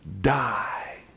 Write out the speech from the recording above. die